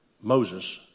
Moses